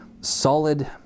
solid